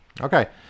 Okay